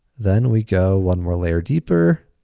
then we go one more layer deeper,